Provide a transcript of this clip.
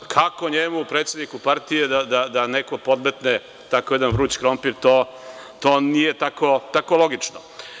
Kako njemu, predsedniku partije da neko podmetne tako jedan vruć krompir, to nije tako logično.